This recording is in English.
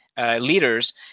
leaders